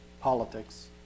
politics